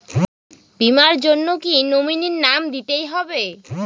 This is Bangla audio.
বীমার জন্য কি নমিনীর নাম দিতেই হবে?